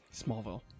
Smallville